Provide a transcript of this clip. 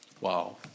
Wow